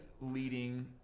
leading